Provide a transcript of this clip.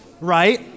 right